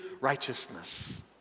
righteousness